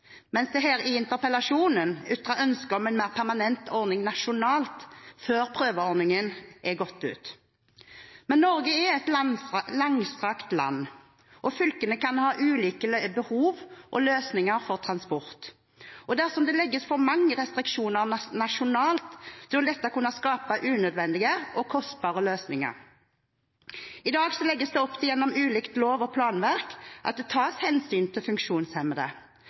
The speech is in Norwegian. mens det i interpellasjonen er ytret ønske om en mer permanent ordning nasjonalt før prøveordningen er gått ut. Norge er et langstrakt land, og fylkene kan ha ulike behov og løsninger for transport. Dersom det legges for mange restriksjoner nasjonalt, vil dette kunne skape unødvendige og kostbare løsninger. I dag legges det gjennom ulike lov- og planverk opp til at det tas hensyn til funksjonshemmede.